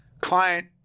Client